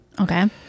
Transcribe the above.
Okay